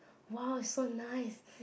!wow! so nice